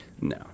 no